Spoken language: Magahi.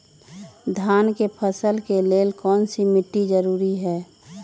धान के फसल के लेल कौन मिट्टी जरूरी है?